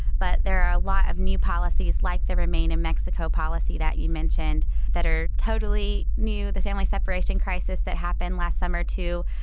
but there are a lot of new policies like the remain in mexico policy that you mentioned that are totally new, the family separation crisis that happened last summer, too,